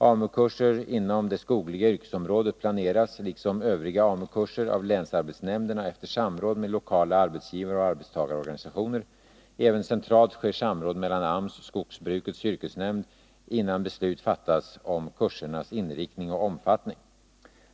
AMU-kurser inom det skogliga yrkesområdet planeras, liksom övriga AMU-kurser, av länsarbetsnämnderna efter samråd med lokala arbetsgivaroch arbetstagarorganisationer. Även centralt sker samråd mellan AMS och skogsbrukets yrkesnämnd innan beslut fattas om kursernas inriktning och omfattning.